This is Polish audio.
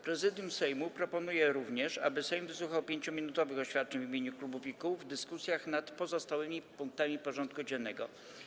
Prezydium Sejmu proponuje również, aby Sejm wysłuchał 5-minutowych oświadczeń w imieniu klubów i kół w dyskusjach nad pozostałymi punktami porządku dziennego.